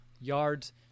yards